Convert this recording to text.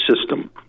system